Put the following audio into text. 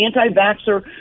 anti-vaxxer